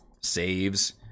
saves